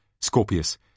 Scorpius